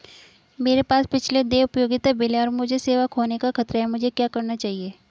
मेरे पास पिछले देय उपयोगिता बिल हैं और मुझे सेवा खोने का खतरा है मुझे क्या करना चाहिए?